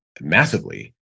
massively